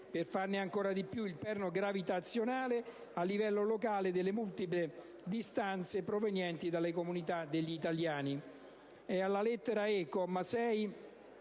per farne ancora di più il perno gravitazionale a livello locale delle multiple istanze provenienti dalle comunità degli italiani.